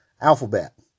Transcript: alphabet